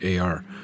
AR